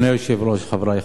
אדוני היושב-ראש,